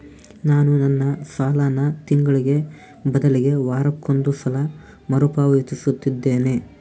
ನಾನು ನನ್ನ ಸಾಲನ ತಿಂಗಳಿಗೆ ಬದಲಿಗೆ ವಾರಕ್ಕೊಂದು ಸಲ ಮರುಪಾವತಿಸುತ್ತಿದ್ದೇನೆ